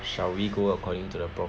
shall we go according to the prompt